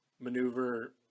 maneuver